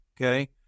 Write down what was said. Okay